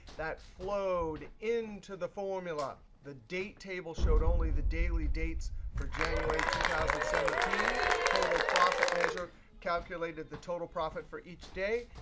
that flowed into the formula. the date table showed only the daily dates for january two thousand and seventeen. total profit measure calculated the total profit for each day.